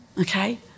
okay